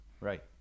Right